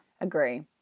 Agree